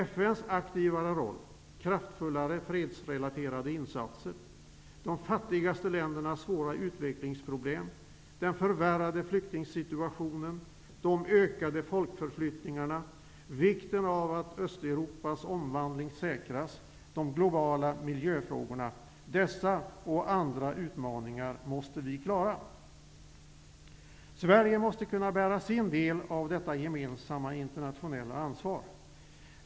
FN:s aktivare roll, kraftfullare fredsrelaterade insatser, de fattigaste ländernas svåra utvecklingsproblem, den förvärrade flyktingsituationen, de ökade folkförflyttningarna, vikten av att Östeuropas omvandling säkras och de globala miljöfrågorna -- dessa och andra utmaningar måste vi klara. Sverige måste kunna bära sin del av detta gemensamma internationella ansvar.